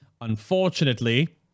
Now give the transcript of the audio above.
unfortunately